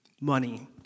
money